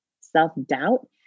self-doubt